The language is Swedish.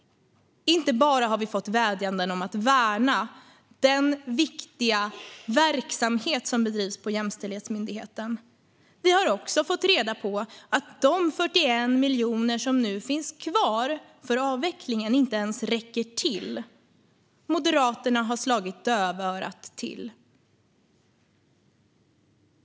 Inte bara har vi fått vädjanden om att värna den viktiga verksamhet som bedrivs på Jämställdhetsmyndigheten, utan vi har också fått reda på att de 41 miljoner som nu finns kvar för avvecklingen inte ens räcker till. Moderaterna har slagit dövörat till.